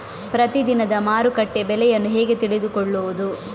ಪ್ರತಿದಿನದ ಮಾರುಕಟ್ಟೆ ಬೆಲೆಯನ್ನು ಹೇಗೆ ತಿಳಿದುಕೊಳ್ಳುವುದು?